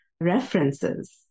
references